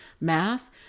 math